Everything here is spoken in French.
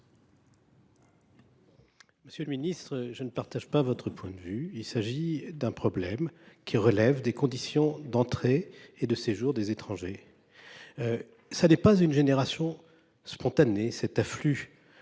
Monsieur le ministre, je ne partage pas votre point de vue. Il s’agit d’un problème qui relève des conditions d’entrée et de séjour des étrangers en France. Tout à fait ! Cet afflux